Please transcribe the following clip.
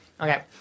Okay